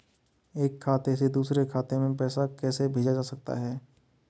एक खाते से दूसरे खाते में पैसा कैसे भेजा जा सकता है?